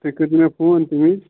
تُہۍ کٔرۍزیٚو مےٚ فون ژیٖر